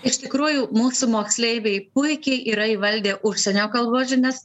iš tikrųjų mūsų moksleiviai puikiai yra įvaldę užsienio kalbos žinias